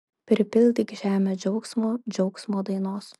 pripildyk žemę džiaugsmo džiaugsmo dainos